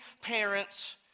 parents